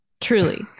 Truly